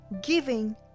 giving